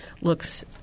looks